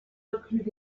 incluent